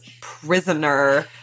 prisoner